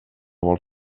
vol